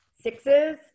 Sixes